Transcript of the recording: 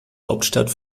hauptstadt